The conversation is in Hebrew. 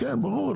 ברור.